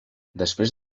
després